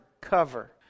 Cover